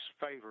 favor